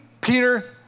Peter